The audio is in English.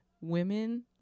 women